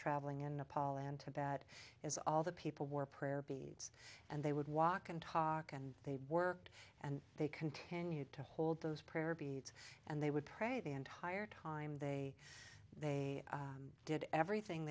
travelling in nepal and tibet is all the people were prayer beads and they would walk and talk and they worked and they continued to hold those prayer beads and they would pray the entire time they they did everything